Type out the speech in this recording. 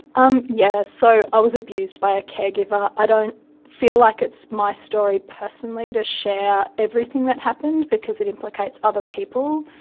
um yes, so i was abused by a caregiver. i don't feel like it's my story personally to share everything that happened because it implicates other people,